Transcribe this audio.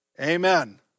Amen